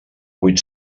vuit